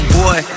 boy